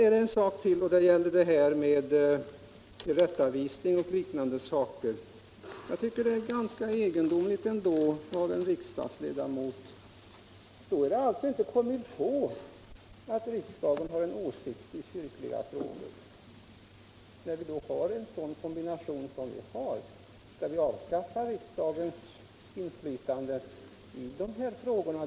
Talet om tillrättavisning och liknande är ganska egendomligt för att komma från en riksdagsledamot. Det är alltså inte comme il faut att riksdagen har en åsikt i kyrkliga frågor. Det finns ju ändå en kombination. Skall vi avskaffa riksdagens inflytande på dessa frågor?